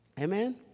Amen